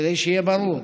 כדאי שיהיה ברור.